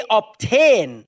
obtain